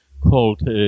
called